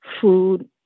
food